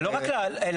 זה לא רק אליו.